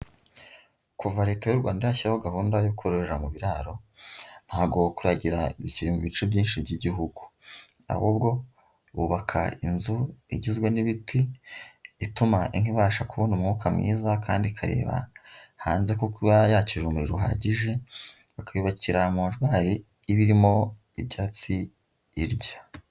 Kuva leta y'u Rwanda yashyiraho gahunda yo kororera mubiraro ntago kuragira bikiri mubice byinshi by'igihugu ahubwo bubaka inzu igizwe n'ibiti ituma inka ibasha kubona umwuka mwiza kandi ikareba hanze kuko iba yakira urumuri ruhagije bakayubakira muntwari iba irimo ibyatsi irya.